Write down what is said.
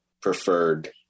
preferred